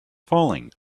falling